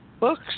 books